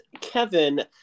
kevin